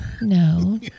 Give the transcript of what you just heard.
No